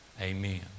amen